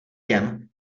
těm